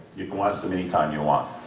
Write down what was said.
you can watch them anytime you want.